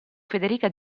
federica